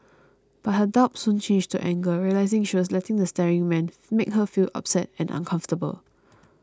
but her doubt soon changed to anger realising she was letting the staring man make her feel upset and uncomfortable